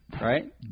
Right